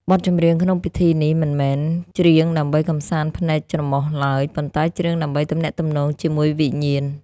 បទចម្រៀងក្នុងពិធីនេះ មិនមែនច្រៀងដើម្បីកម្សាន្តភ្នែកច្រមុះឡើយ ប៉ុន្តែច្រៀងដើម្បីទំនាក់ទំនងជាមួយវិញ្ញាណ។